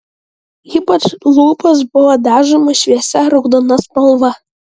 ypač lūpos buvo dažomos šviesia raudona spalva